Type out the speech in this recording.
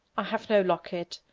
i have no locket,